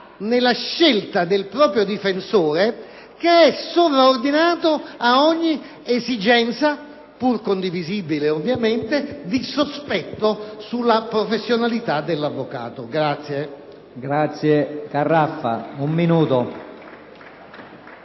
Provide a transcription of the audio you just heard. nella scelta del proprio difensore che è sovraordinato ad ogni esigenza, pur condivisibile ovviamente, di sospetto sulla professionalità dell'avvocato. *(Applausi dal Gruppo*